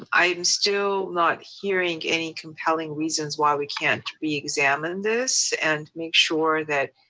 um i'm still not hearing any compelling reasons why we can't reexamine this, and make sure that